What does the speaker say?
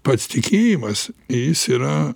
pats tikėjimas jis yra